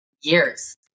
years